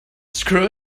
screw